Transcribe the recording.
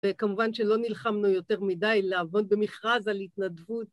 וכמובן שלא נלחמנו יותר מדי לעבוד במכרז על התנדבות